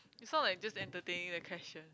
you sound like just entertain you a question